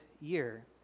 year